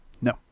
No